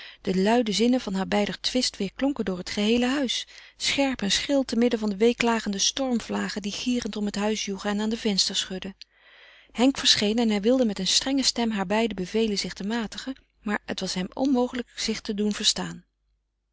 de luide zinnen van haarbeider twist weêrklonken door het geheele huis scherp en schril te midden van de weeklagende stormvlagen die gierend om het huis joegen en aan de vensters schudden henk verscheen en hij wilde met een strenge stem haarbeiden bevelen zich te matigen maar het was hem onmogelijk zich te doen verstaan